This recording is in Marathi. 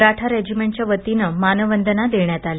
मराठा रेजिमेंटच्या वतीनं मानवंदना देण्यात आली